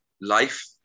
life